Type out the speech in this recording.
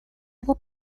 его